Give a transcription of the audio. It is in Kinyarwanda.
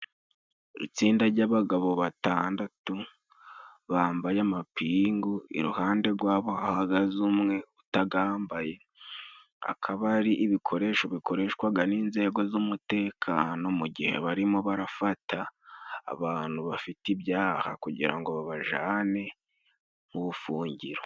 Itsinda ry'abagabo batandatu bambaye amapingu. Iruhande gwaho hahagaze umwe utagambaye, akaba ari ibikoresho bikoreshwaga n'inzego z'umutekano, mu gihe barimo barafata abantu bafite ibyaha kugira ngo babajane mu bufungiro.